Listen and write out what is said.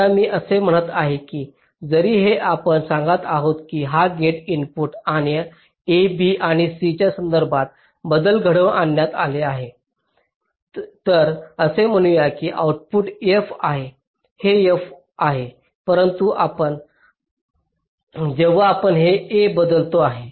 आता मी असे म्हणत आहे की जरी हे आपण सांगत आहोत की हा गेट इनपुट आणि A B आणि C च्या संदर्भात बदल घडवून आणत आहे तर असे म्हणू या की आउटपुट f आहे हे f आहे परंतु जेव्हा आपण हे A बदलत आहे